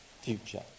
future